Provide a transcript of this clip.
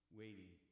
waiting